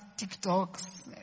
TikToks